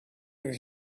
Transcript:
her